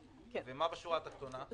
ומה בשורה התחתונה?